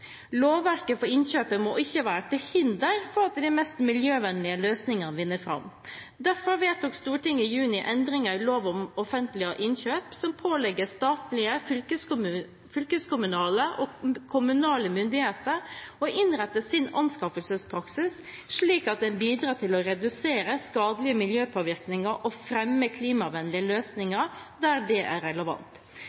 Lovverket for innkjøp må ikke være til hinder for at de mest miljøvennlige løsningene vinner fram. Derfor vedtok Stortinget i juni endringer i lov om offentlige innkjøp som pålegger statlige, fylkeskommunale og kommunale myndigheter å innrette sin anskaffelsespraksis slik at den bidrar til å redusere skadelige miljøpåvirkninger og fremme klimavennlige